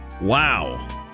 Wow